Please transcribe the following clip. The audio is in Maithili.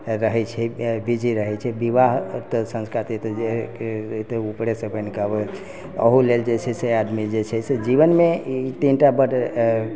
रहै छै बिजी रहै छै बिवाह तऽ संस्कार ई तऽ उपरेसँ बनि कऽ आबैए अहु लेल जे छै से आदमी जे छै से जीवनमे ई तीनटा बड्ड